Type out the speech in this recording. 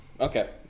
Okay